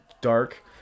dark